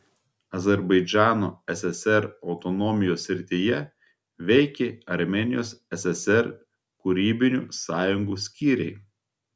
azerbaidžano ssr autonomijos srityje veikė armėnijos ssr kūrybinių sąjungų skyriai